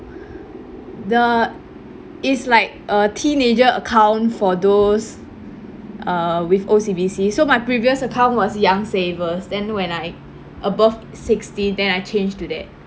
the it's like a teenager account for those uh with O_C_B_C so my previous account was young savers then when I above sixteen then I change to that